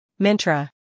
Mintra